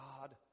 God